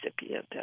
recipient